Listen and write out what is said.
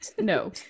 No